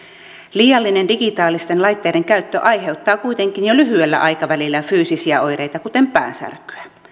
liiallinen digitaalisten laitteiden käyttö aiheuttaa kuitenkin jo lyhyellä aikavälillä fyysisiä oireita kuten päänsärkyä